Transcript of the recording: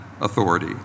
authority